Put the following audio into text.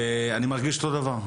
אני מרגיש אותו דבר,